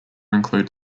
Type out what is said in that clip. include